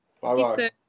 Bye